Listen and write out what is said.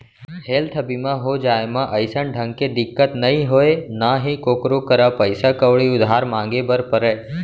health बीमा हो जाए म अइसन ढंग के दिक्कत नइ होय ना ही कोकरो करा पइसा कउड़ी उधार मांगे बर परय